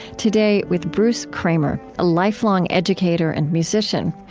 today with bruce kramer, a lifelong educator and musician.